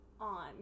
On